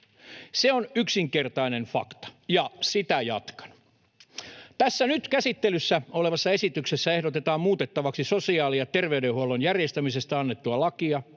Se on yksinkertainen fakta, ja sitä jatkan. Tässä nyt käsittelyssä olevassa esityksessä ehdotetaan muutettavaksi sosiaali- ja terveydenhuollon järjestämisestä annettua lakia,